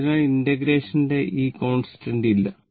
അതിനാൽ ഇന്റഗ്രേഷൻ ന്റെ ഈ കോൺസ്റ്റന്റ് ഇല്ല